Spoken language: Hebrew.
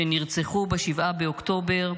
שנרצחו ב-7 באוקטובר,